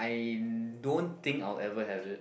I don't think I'll ever have it